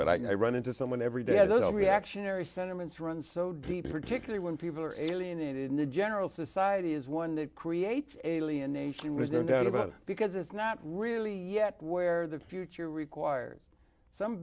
but i run into someone every day i don't reactionary sentiments runs so deep particularly when people are alienated in the general society is one that creates alienation was no doubt about it because it's not really yet where the future requires some